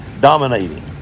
dominating